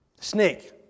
Snake